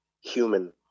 human